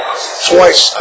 Twice